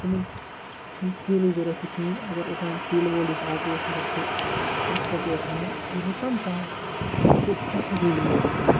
تِمَن چھُنہٕ تیٖلٕچ ضوٚرَتھ تہِ کِہیٖنۍ اگر اوٚتام تیٖلہٕ وول یُس آٹوٗ اوس اگر سُہ ہَتھ رۄپیہِ اوس ہٮ۪وان یہِ ہیٚیہِ پنٛژاہَے گوٚو واریاہ گٔے ریٹ ڈِفرَنٕس